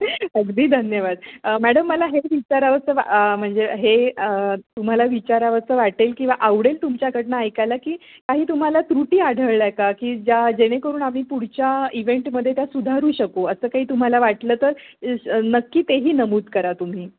अगदी धन्यवाद मॅडम मला हे विचारावंसं वा म्हणजे हे तुम्हाला विचारावंसं वाटेल किंवा आवडेल तुमच्याकडून ऐकायला की काही तुम्हाला त्रुटी आढळल्या आहे का की ज्या जेणेकरून आम्ही पुढच्या इव्हेंटमध्ये त्या सुधारू शकू असं काही तुम्हाला वाटलं तर नक्की तेही नमूद करा तुम्ही